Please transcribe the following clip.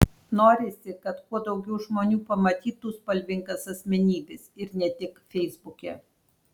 norisi kad kuo daugiau žmonių pamatytų spalvingas asmenybes ir ne tik feisbuke